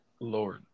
Lord